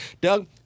Doug